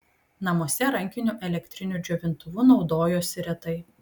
namuose rankiniu elektriniu džiovintuvu naudojosi retai